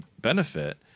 benefit